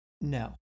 No